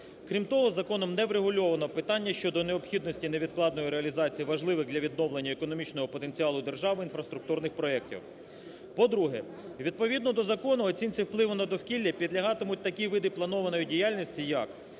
крім того, законом не врегульовано питання щодо необхідності невідкладної реалізації важливих для відновлення економічного потенціалу держави інфраструктурних проектів. По-друге, відповідно до закону оцінці впливу за довкілля підлягатимуть такі види планованої діяльності, як: